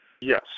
Yes